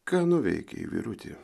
ką nuveikei vyruti